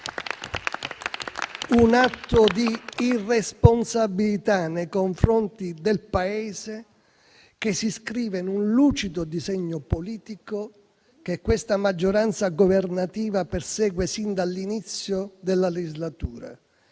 un atto di irresponsabilità nei confronti del Paese, che si iscrive in un lucido disegno politico che questa maggioranza governativa persegue sin dall'inizio della legislatura: